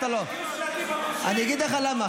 אגיד לך למה.